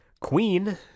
Queen